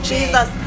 Jesus